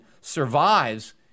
survives